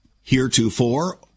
heretofore